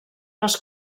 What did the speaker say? les